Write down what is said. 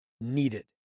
needed